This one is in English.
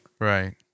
Right